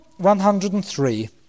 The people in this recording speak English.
103